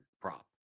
prop